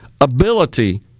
ability